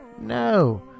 No